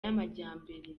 y’amajyambere